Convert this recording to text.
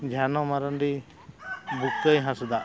ᱡᱷᱟᱱᱚ ᱢᱟᱨᱟᱱᱰᱤ ᱵᱩᱠᱟᱹᱭ ᱦᱟᱸᱥᱫᱟ